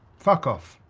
fuck off.